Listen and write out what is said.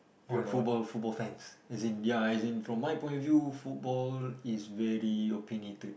on football football fans as in ya as in from my point of view football is very opinionated